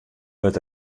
wurdt